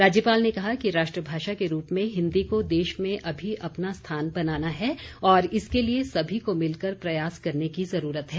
राज्यपाल ने कहा कि राष्ट्रभाषा के रूप में हिन्दी को देश में अभी अपना स्थान बनाना है और इसके लिए सभी को मिलकर प्रयास करने की जुरूरत है